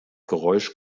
geräusch